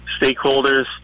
stakeholders